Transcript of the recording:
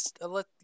let